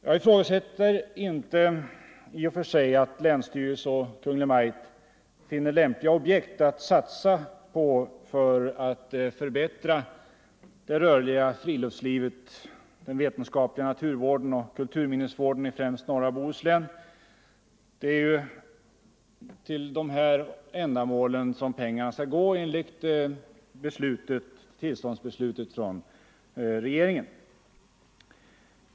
Jag betvivlar inte att länsstyrelse och Kungl. Maj:t finner lämpliga objekt att satsa på för att förbättra det rörliga friluftslivet, den vetenskapliga naturvården och kulturminnesvården i främst norra Bohuslän — det är till dessa ändamål pengarna skall användas enligt tillståndsbeslutet från regeringen.